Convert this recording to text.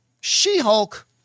She-Hulk